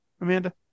Amanda